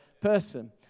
person